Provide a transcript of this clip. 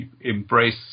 embrace